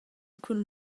cun